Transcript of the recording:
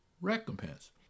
recompense